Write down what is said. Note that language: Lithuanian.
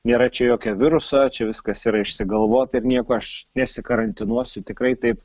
nėra čia jokio viruso čia viskas yra išsigalvota ir nieko aš nesikarantinuosiu tikrai taip